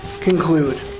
conclude